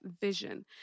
vision